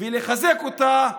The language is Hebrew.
ולחזק אותה.